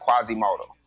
quasimodo